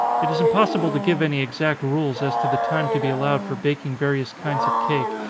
it is impossible to give any exact rules as to the time to be allowed for baking various kinds of cake,